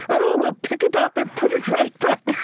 oh, well pick it up and put it right back.